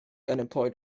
unemployed